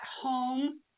home